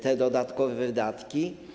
te dodatkowe wydatki.